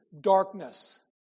darkness